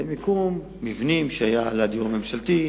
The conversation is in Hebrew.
זה מיקום מבנים שהיו לדיור הממשלתי,